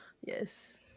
Yes